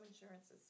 insurances